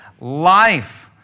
life